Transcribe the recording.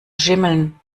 schimmeln